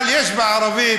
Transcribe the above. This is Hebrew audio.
אבל יש בערבית